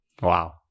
Wow